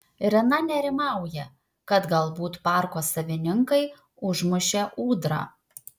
rina nerimauja kad galbūt parko savininkai užmušė ūdrą